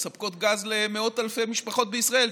הן מספקות גז למאות אלפי משפחות בישראל.